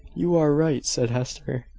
you are right, said hester.